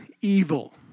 evil